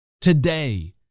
Today